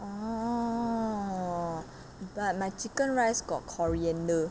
orh but my chicken rice got coriander